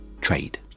Trade